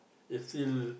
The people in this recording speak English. he still